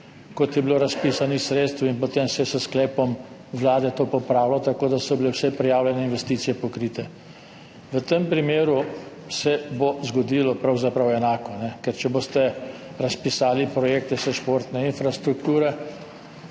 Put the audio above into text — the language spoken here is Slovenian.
kot je bilo razpisanih sredstev, in potem se je s sklepom Vlade to popravilo tako, da so bile vse prijavljene investicije pokrite. V tem primeru se bo zgodilo pravzaprav enako. Ker če boste razpisali projekte za vse športne infrastrukture,